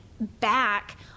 back